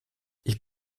ich